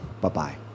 Bye-bye